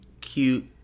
cute